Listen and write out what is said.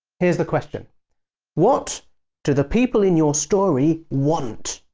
here's the question what do the people in your story want?